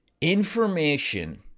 Information